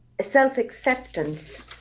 self-acceptance